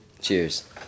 Cheers